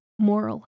moral